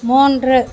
மூன்று